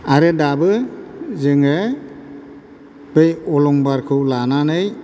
आरो दाबो जोङो बै अलंबारखौ लानानै